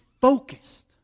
focused